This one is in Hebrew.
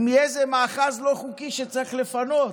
אם יהיה איזה מאחז לא חוקי שצריך לפנות?